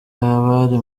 abari